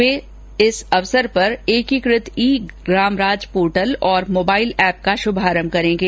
वे इस अवसर पर एकीकृत ई ग्रामराज पोर्टल और मोबाइल ऐप का शुभारंभ करेंगे